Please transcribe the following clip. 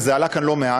וזה עלה כאן לא מעט,